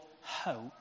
hope